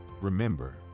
Remember